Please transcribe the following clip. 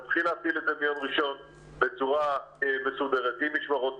נתחיל להפעיל את זה מיום ראשון בצורה מסודרת עם משמרות.